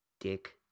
Dick